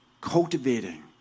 cultivating